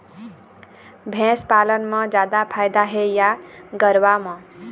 भैंस पालन म जादा फायदा हे या गरवा म?